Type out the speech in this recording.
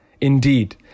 Indeed